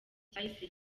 cyahise